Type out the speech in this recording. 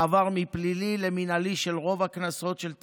מעבר מפלילי למינהלי ברוב הקנסות של התעבורה,